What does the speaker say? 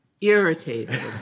irritated